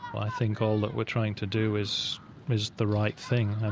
i think all that we're trying to do is is the right thing. and